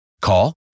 Call